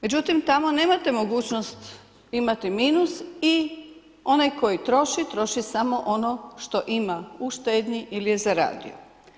Međutim, tamo nemate mogućnost imati minus i onaj koji troši, troši samo ono što ima u štednji ili je zaradio.